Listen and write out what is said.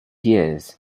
years